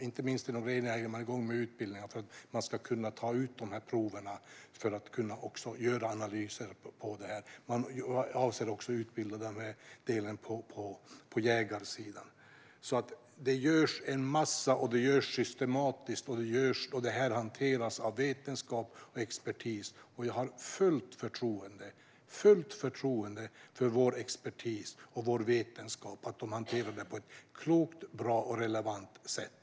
Inte minst inom rennäringen är man i gång med utbildning för att kunna ta dessa prover och göra analyser. Man avser också att utbilda på jägarsidan. Det görs alltså en massa saker. Detta görs systematiskt, och det hanteras av vetenskap och expertis. Jag har fullt förtroende för vår expertis och vår vetenskap och att man hanterar detta på ett klokt, bra och relevant sätt.